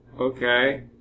Okay